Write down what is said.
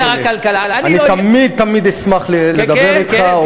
אדוני שר הכלכלה, אני תמיד תמיד אשמח לדבר אתך.